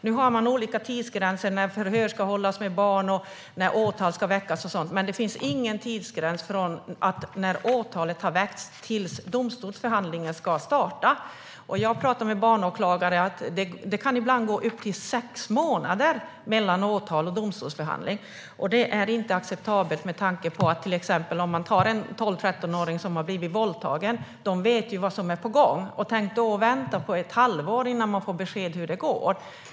Nu har man olika tidsgränser för när förhör ska hållas med barnet och när åtal ska väckas, men det finns ingen tidsgräns för när domstolsförhandlingen ska starta efter att åtal har väckts. Jag har pratat med åklagare som handlägger barnärenden och fått veta att det ibland kan gå upp till sex månader mellan åtal och domstolsförhandling. Det är inte acceptabelt. Exempelvis vet ju en 12-13-åring som har blivit våldtagen vad som är på gång, och tänk då att vänta i ett halvår innan man får besked om hur det går.